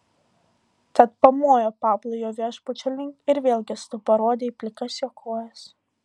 tad pamojo pablui jo viešbučio link ir vėl gestu parodė į plikas jo kojas